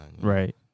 Right